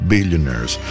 Billionaires